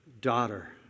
daughter